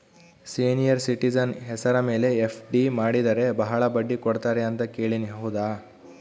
Senior citizen ಹೆಸರ ಮೇಲೆ FD ಮಾಡಿದರೆ ಬಹಳ ಬಡ್ಡಿ ಕೊಡ್ತಾರೆ ಅಂತಾ ಕೇಳಿನಿ ಹೌದಾ?